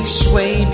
sway